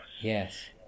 Yes